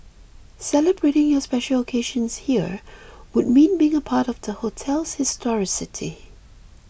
celebrating your special occasions here would mean being a part of the hotel's historicity